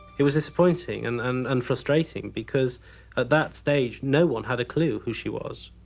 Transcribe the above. it was disappointing and and and frustrating, because at that stage, no one had a clue who she was.